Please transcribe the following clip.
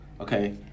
okay